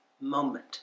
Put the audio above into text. moment